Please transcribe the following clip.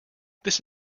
this